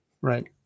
Right